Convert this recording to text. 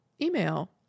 email